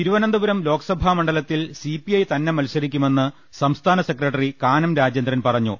തിരുവനന്തപുരം ലോക്സഭാ മണ്ഡലത്തിൽ സിപിഐ തന്നെ മത്സരിക്കുമെന്ന് സംസ്ഥാന സെക്രട്ടറി കാനംരാജേന്ദ്രൻ പറഞ്ഞു